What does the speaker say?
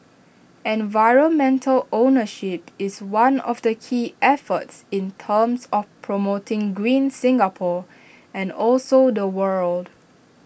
environmental ownership is one of the key efforts in terms of promoting green Singapore and also the world